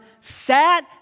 sat